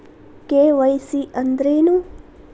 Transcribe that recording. KYC ಅಂದ್ರೇನು?